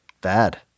bad